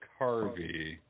Carvey